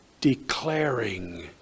declaring